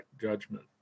judgment